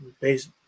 based